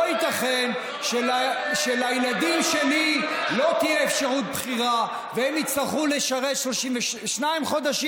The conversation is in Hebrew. לא ייתכן שלילדים שלי לא תהיה אפשרות בחירה והם יצטרכו לשרת 32 חודשים,